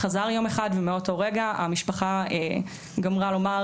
חזר יום אחד ומאותו רגע המשפחה גמרה לומר,